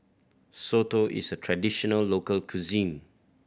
soto is a traditional local cuisine